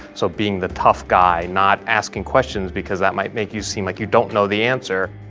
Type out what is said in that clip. so being the tough guy, not asking questions because that might make you seem like you don't know the answer.